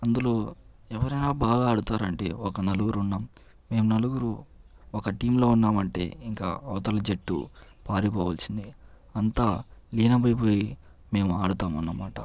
అందులో ఎవరైనా బాగా ఆడతారంటే ఒక నలుగురు ఉన్నాం మేం నలుగురు ఒక టీమ్ లో ఉన్నామంటే ఇంకా అవతల జట్టు పారిపోవాల్సిందే అంతా లీనమైపోయి మేము ఆడుతాం అన్నమాట